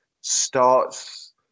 starts